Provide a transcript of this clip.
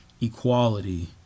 equality